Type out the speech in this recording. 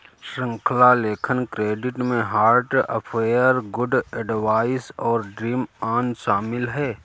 श्रृंखला लेखन क्रेडिट में हार्ट अफेयर, गुड एडवाइस और ड्रीम ऑन शामिल हैं